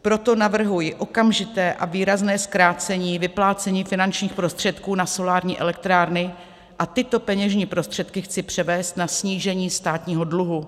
Proto navrhuji okamžité a výrazné zkrácení vyplácení finančních prostředků na solární elektrárny a tyto peněžní prostředky chci převést na snížení státního dluhu.